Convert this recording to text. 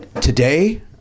Today